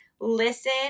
listen